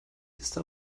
está